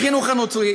החינוך הנוצרי,